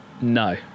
No